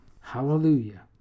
Hallelujah